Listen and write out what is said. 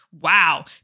Wow